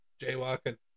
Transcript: Jaywalking